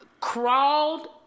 crawled